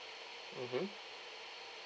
mmhmm